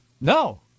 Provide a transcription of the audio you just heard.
No